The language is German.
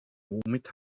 womit